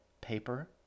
Paper